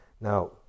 Now